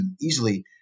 easily